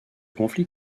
conflit